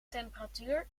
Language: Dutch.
temperatuur